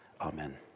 Amen